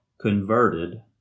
converted